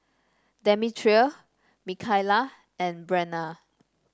Demetria Mikaila and Brenna